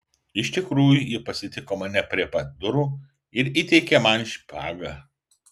iš tikrųjų ji pasitiko mane prie pat durų ir įteikė man špagą